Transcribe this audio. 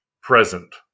present